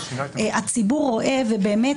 הציבור רואה ובאמת,